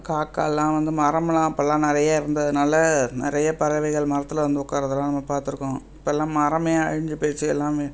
காக்காயெலாம் வந்து மரமெல்லாம் அப்பெல்லாம் நிறையா இருந்ததுனால் நிறைய பறவைகள் மரத்தில் வந்து உக்காரதெல்லாம் நம்ம பார்த்துருக்கோம் இப்பெலாம் மரமே அழிஞ்சு போய்டுச்சு எல்லாமே